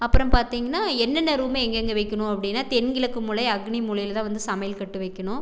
அப்புறோம் பார்த்திங்ன்னா என்னென்ன ரூமை எங்கெங்கே வைக்கணும் அப்படினா தென்கிழக்கு மூலை அக்னி மூலையில் தான் வந்து சமையல் கட்டு வைக்கணும்